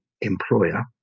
employer